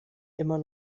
immer